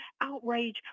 outrage